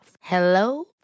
Hello